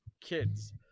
kids